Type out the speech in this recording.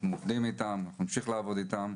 אנחנו עובדים איתם ונמשיך לעבוד איתם.